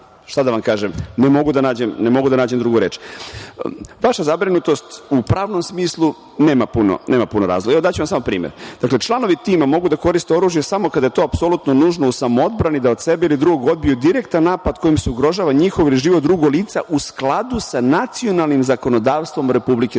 Šta da vam kažem, ne mogu da nađem drugu reč. Vaša zabrinutost u pravnom smislu nema puno razloga. Evo, daću vam samo primer. Dakle, članovi tima mogu da koriste oružje samo kada je to apsolutno nužno, u samoodbrani da od sebe ili drugog odbiju direktan napad kojim se ugrožava njihov ili život drugog lica u skladu sa nacionalnim zakonodavstvom Republike Srbije.